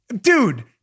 Dude